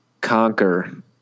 conquer